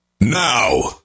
now